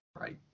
Right